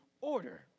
order